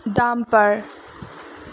dumper